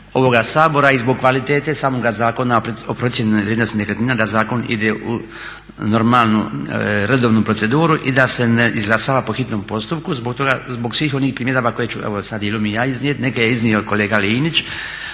ovoga sabora i zbog kvalitete samoga zakona o procjeni vrijednosti nekretnina da zakon ide u normalnu, redovnu proceduru i da se ne izglasava po hitnom postupku zbog svih onih primjedbi koje ću sad dijelom i ja iznijet. Neke je iznio kolega Linić.